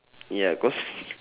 ya cause